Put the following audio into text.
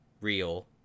real